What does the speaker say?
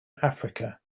africa